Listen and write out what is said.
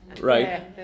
right